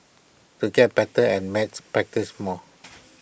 to get better at maths practise more